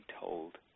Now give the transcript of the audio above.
told